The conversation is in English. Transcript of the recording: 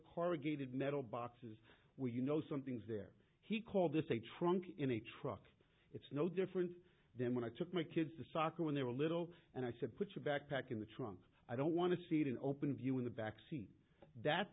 corrugated metal boxes where you know something's there he called this a trunk in a truck it's no different than when i took my kids to soccer when they were little and i said put your backpack in the trunk i don't want to see it in open view in the back seat that